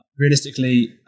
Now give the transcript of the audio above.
realistically